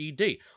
ED